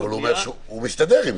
הוא מסתדר עם זה.